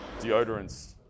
deodorants